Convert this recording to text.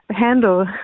handle